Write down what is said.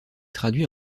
traduit